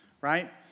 right